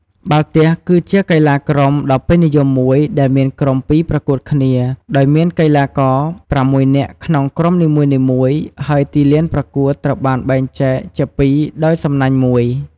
បាល់ទះគឺជាកីឡាក្រុមដ៏ពេញនិយមមួយដែលមានក្រុមពីរប្រកួតគ្នាដោយមានកីឡាករប្រាំមួយនាក់ក្នុងក្រុមនីមួយៗ ហើយទីលានប្រកួតត្រូវបានបែងចែកជាពីរដោយសំណាញ់មួយ។